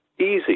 easy